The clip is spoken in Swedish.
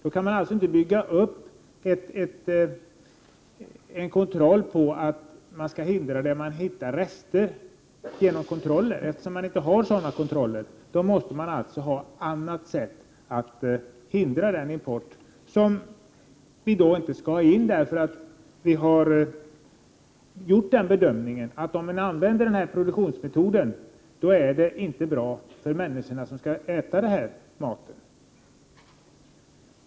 Man kan alltså inte bygga upp en kontroll enbart på att finna rester. Eftersom man inte har sådana kontroller, måste man på annat sätt hindra sådan import. Vi har ju gjort den bedömningen att om en viss metod används vid livsmedelsproduktion är maten inte bra för människan att äta.